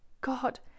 God